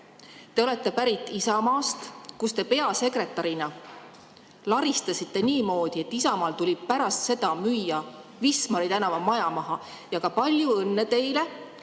Te olete pärit Isamaast, kus te peasekretärina laristasite niimoodi, et Isamaal tuli pärast seda Wismari tänava maja maha müüa. Ja ka palju õnne teile,